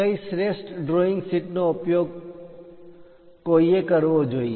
કઈ શ્રેષ્ઠ drawing sheet નો ઉપયોગ કોઈએ કરવો જોઈએ